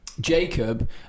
Jacob